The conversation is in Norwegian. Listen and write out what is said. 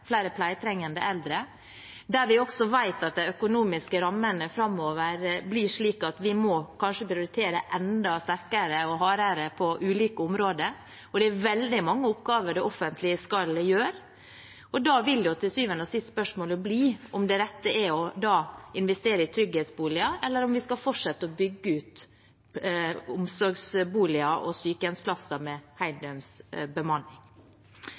også vet at de økonomiske rammene framover blir slik at vi kanskje må prioritere enda sterkere og hardere på ulike områder? Det offentlige skal gjøre veldig mange oppgaver, og da vil til syvende og sist spørsmålet bli om det rette er å investere i trygghetsboliger, eller om vi skal fortsette å bygge ut omsorgsboliger og sykehjemsplasser med heldøgns bemanning.